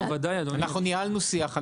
אנחנו ניהלנו שיח.